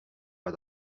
pas